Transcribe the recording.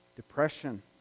depression